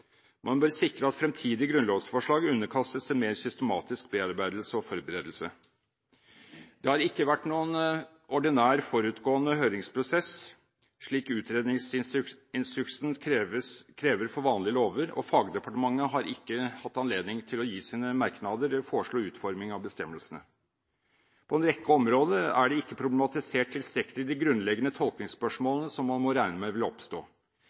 Man bør sikre at fremtidige grunnlovsforslag underkastes en mer systematisk bearbeidelse og forberedelse. Det har ikke vært noen ordinær forutgående høringsprosess, slik utredningsinstruksen krever for vanlige lover, og fagdepartementet har ikke hatt anledning til å gi sine merknader eller foreslå utforming av bestemmelsene. På en rekke områder er det ikke problematisert tilstrekkelig de grunnleggende tolkningsspørsmålene som man må regne med vil oppstå.